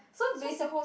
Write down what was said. so basica~